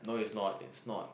no is not is not